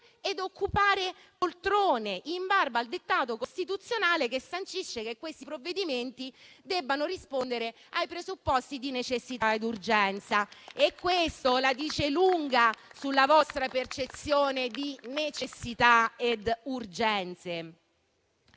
ed occupare poltrone, in barba al dettato costituzionale, che sancisce che questi provvedimenti debbano rispondere a presupposti di necessità ed urgenza. Questo la dice lunga sulla vostra percezione di necessità e urgenza.